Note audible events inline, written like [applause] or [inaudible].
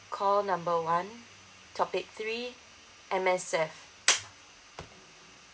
call number one topic three M_S_F [noise]